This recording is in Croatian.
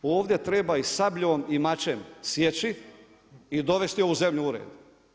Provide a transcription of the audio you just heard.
Ovdje treba i sabljom i mačem sjeći i dovesti ovu zemlju u redi.